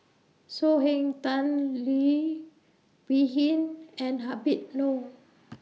So Heng Tan Leo Wee Hin and Habib Noh